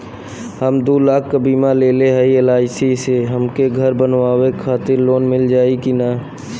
हम दूलाख क बीमा लेले हई एल.आई.सी से हमके घर बनवावे खातिर लोन मिल जाई कि ना?